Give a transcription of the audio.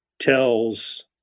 tells